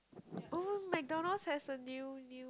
oh McDonald's has a new new